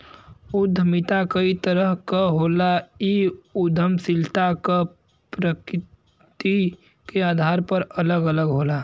उद्यमिता कई तरह क होला इ उद्दमशीलता क प्रकृति के आधार पर अलग अलग होला